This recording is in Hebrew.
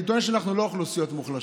אני טוען שאנחנו לא אוכלוסיות מוחלשות,